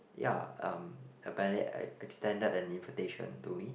ya um apparently e~ extended a invitation to me